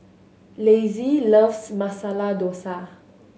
Lassie loves Masala Dosa